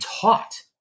taught